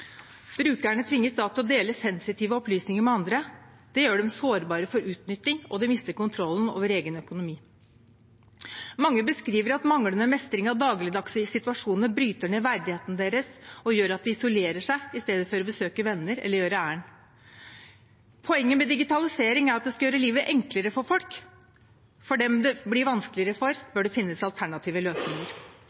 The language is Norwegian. Brukerne tvinges da til å dele sensitive opplysninger med andre. Det gjør dem sårbare for utnytting, og de mister kontrollen over egen økonomi. Mange beskriver at manglende mestring i dagligdagse situasjoner bryter ned verdigheten deres og gjør at de isolerer seg i stedet for å besøke venner eller gjøre ærender. Poenget med digitalisering er at det skal gjøre livet enklere for folk. For dem det blir vanskeligere for, bør det finnes alternative løsninger.